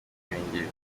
ruhengeri